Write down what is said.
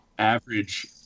Average